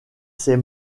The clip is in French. ces